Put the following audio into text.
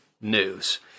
news